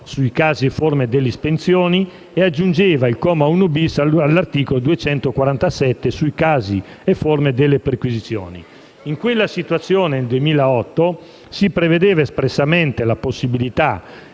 sui casi e forme delle estensioni e aggiungeva il comma 1-*bis* all'articolo 247 sui casi e forme delle perquisizioni. In quella situazione, nel 2008, si prevedeva espressamente la possibilità